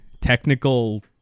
technical